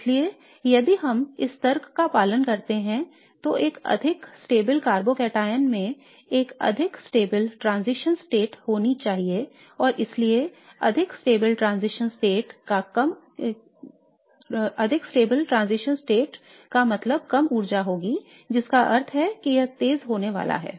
इसलिए यदि हम इस तर्क का पालन करते हैं तो एक अधिक स्थिर कार्बोकैटायन में एक अधिक स्थिर ट्रांजिशन स्टेट होनी चाहिए और इसलिए अधिक स्थिर ट्रांजिशन स्टेट का मतलब कम ऊर्जा होगी जिसका अर्थ है कि यह तेज होने वाला है